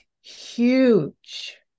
huge